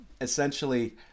essentially